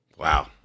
Wow